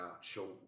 short